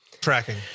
Tracking